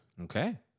Okay